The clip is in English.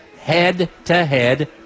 head-to-head